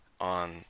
on